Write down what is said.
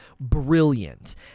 brilliant